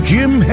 Jim